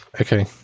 Okay